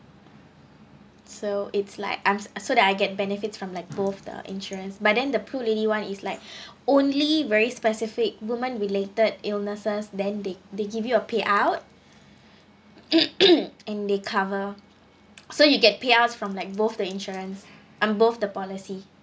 so it's like I so that I get benefits from like both the insurance but then the pro lady [one] is like only very specific women related illnesses then they they give you a payout and they cover so you get payouts from like both the insurance and both the policy